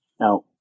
Now